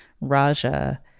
Raja